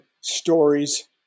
stories